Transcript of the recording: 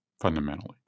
Fundamentally